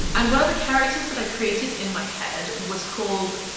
and one of the characters that i created in my head was called.